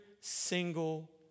single